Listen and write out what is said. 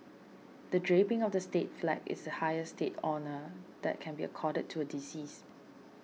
the draping of the state flag is the highest state honour that can be accorded to a deceased